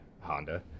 Honda